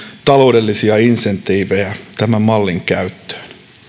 taloudellisia insentiivejä tämän mallin käyttöön